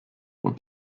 were